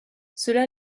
cela